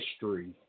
history